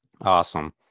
Awesome